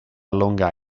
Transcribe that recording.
long